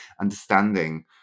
understanding